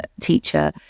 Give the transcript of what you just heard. teacher